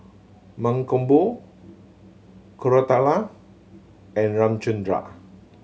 Mankombu Koratala and Ramchundra